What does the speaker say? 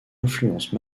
influence